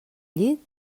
llit